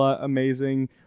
amazing